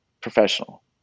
professional